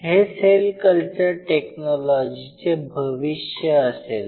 हे cell culture टेक्नॉलॉजीचे भविष्य असेल